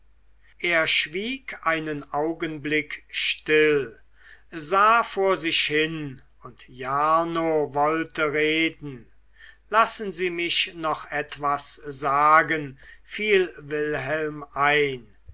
er schwieg einen augenblick still sah vor sich hin und jarno wollte reden lassen sie mich noch etwas sagen fiel wilhelm ihm ein